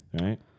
Right